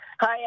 Hi